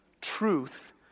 truth